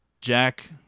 Jack